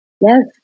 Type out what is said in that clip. Yes